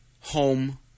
home